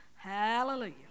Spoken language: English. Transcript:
Hallelujah